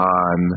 on